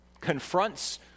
confronts